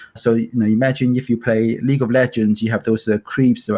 so you know imagine, if you play league of legends, you have those ah creeps, so